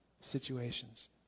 situations